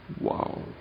Wow